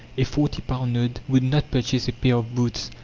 a forty-pound note would not purchase a pair of boots,